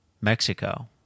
Mexico